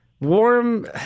warm